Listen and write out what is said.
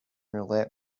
roulette